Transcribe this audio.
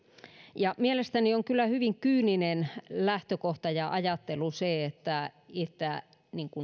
mielestäni on kyllä hyvin kyyninen lähtökohta ja ajattelu se että